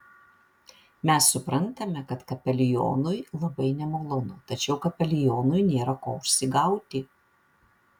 mes suprantame kad kapelionui labai nemalonu tačiau kapelionui nėra ko užsigauti